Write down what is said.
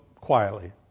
quietly